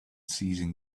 seizing